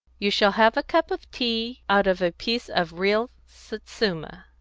you shall have a cup of tea out of a piece of real satsuma,